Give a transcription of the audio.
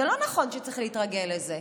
זה לא נכון שצריך להתרגל לזה.